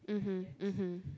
mmhmm mmhmm